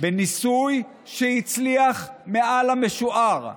בניסוי שהצליח מעל המשוער,